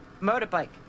Motorbike